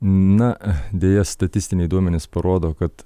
na deja statistiniai duomenys parodo kad